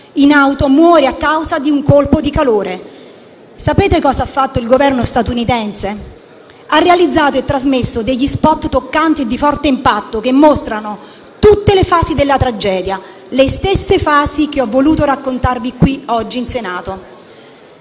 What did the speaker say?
in auto muore a causa di un colpo di calore. Sapete cosa ha fatto il Governo statunitense? Ha realizzato e trasmesso degli *spot* toccanti e di forte impatto, che mostrano tutte le fasi della tragedia, le stesse fasi che ho voluto raccontarvi qui oggi in Senato.